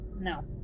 No